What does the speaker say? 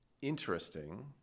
interesting